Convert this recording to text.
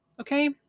Okay